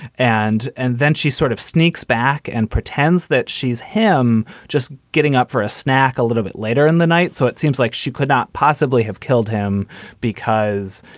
and and then she sort of sneaks back and pretends that she's him just getting up for a snack a little bit later in the night. so it seems like she could not possibly have killed him because,